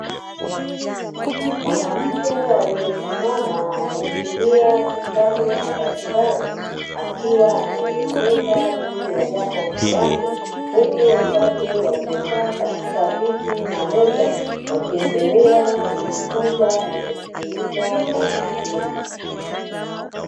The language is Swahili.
Mwanamke aliyesimama, ameshikilia kitabu na daftari, akiwa anaelekeza juu ya jambo fulani. Huku wenzake waliokaa katika viti na meza, wakiendelea kujifunza na kusikiliza kwa umakini.